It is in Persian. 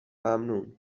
ممنون